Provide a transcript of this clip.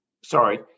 sorry